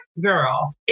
girl